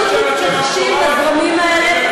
מלמדים ילדים בכיתה ג' ואתם פשוט מתכחשים לזרמים האלה,